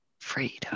freedom